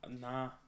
Nah